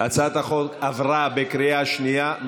--- הצעת החוק עברה בקריאה שנייה.